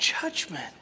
judgment